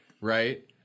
right